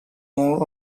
more